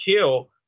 kill